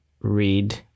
read